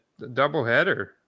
doubleheader